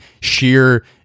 sheer